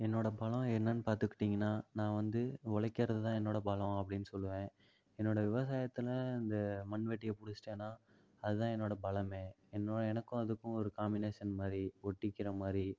என்னோட பலம் என்னன்னு பார்த்துக்கிட்டிங்கன்னா நான் வந்து உழைக்கிறதுதான் என்னோட பலம் அப்படின்னு சொல்லுவேன் என்னோட விவசாயத்தில் அந்த மண்வெட்டியை பிடிச்சிட்டேன்னா அதுதான் என்னோட பலமே என்னோ எனக்கும் அதுக்கும் ஒரு காமினேஷன் மாதிரி ஒட்டிக்கிறமாதிரி